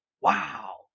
Wow